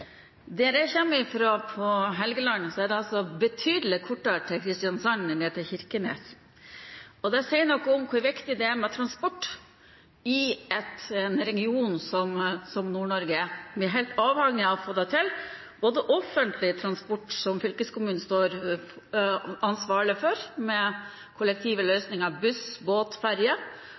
Der jeg kommer fra, Helgeland, er det betydelig kortere til Kristiansand enn til Kirkenes, og det sier noe om hvor viktig det er med transport i en region som Nord-Norge. Vi er helt avhengig av å få til både offentlig transport, som fylkeskommunen står ansvarlig for, som er kollektive løsninger – buss, båt,